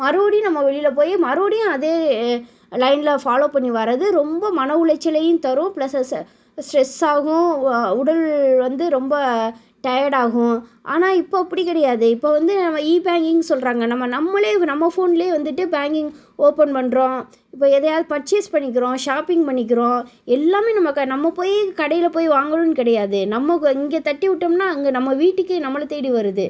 மறுபடியும் நம்ம வெளியில் போய் மறுபடியும் அதே லைனில் ஃபாலோ பண்ணி வரது ரொம்ப மன உளைச்சலையும் தரும் ப்ளஸ் அது செ ஸ்ட்ரெஸ் ஆகும் ஒ உடல் வந்து ரொம்ப டயர்டாகும் ஆனால் இப்போது அப்படி கிடையாது இப்போது வந்து நம்ம இ பேங்கிங் சொல்கிறாங்க நம்ம நம்மளே நம்ம ஃபோன்லே வந்துட்டு பேங்கிங் ஓப்பன் பண்ணுறோம் இப்போ எதையாவது பர்ச்சேஸ் பண்ணிக்கிறோம் ஷாப்பிங் பண்ணிக்கிறோம் எல்லாமே நம்ம க நம்ம போய் கடையில் போய் வாங்கணுன்னு கிடையாது நம்ம க இங்கே தட்டி விட்டோம்னா அங்கே நம்ம வீட்டுக்கு நம்மளை தேடி வருது